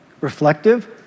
reflective